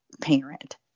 parent